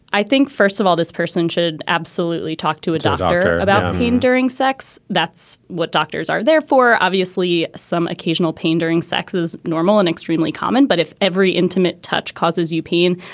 i think, first of all, this person should absolutely talk to a doctor about pain during sex. that's what doctors are. therefore, obviously, some occasional pain during sex is normal and extremely common. but if every intimate touch causes u. p.